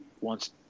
wants